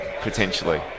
potentially